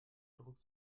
druck